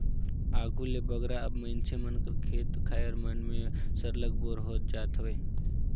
आघु ले बगरा अब मइनसे मन कर खेत खाएर मन में सरलग बोर होवत जात हवे